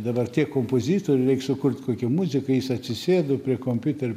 dabar tiek kompozitorių reik sukurt kokią muziką jis atsisėdo prie kompiuterio